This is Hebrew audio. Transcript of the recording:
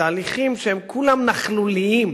בתהליכים שהם כולם נכלוליים,